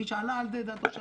מי שעלה על זה הם התושבים,